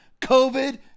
COVID